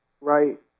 right